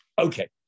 Okay